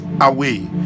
away